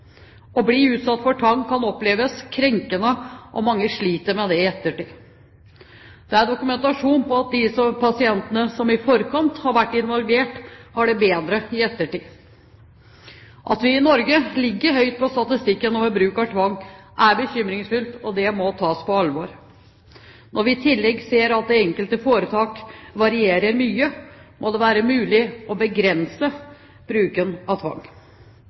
Å bli utsatt for tvang kan oppleves krenkende, og mange sliter med det i ettertid. Det er dokumentasjon på at de pasientene som i forkant har vært involvert, har det bedre i ettertid. At vi i Norge ligger høyt på statistikken over bruk av tvang, er bekymringsfullt, og det må tas på alvor. Når vi i tillegg til det ser at det i det enkelte foretak varierer mye, må det være mulig å begrense bruken av tvang.